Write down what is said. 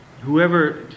whoever